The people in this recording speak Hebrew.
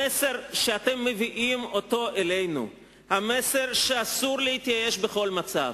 המסר שאתם מביאים אלינו, שאסור להתייאש בכל מצב,